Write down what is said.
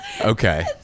okay